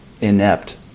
inept